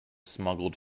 smuggled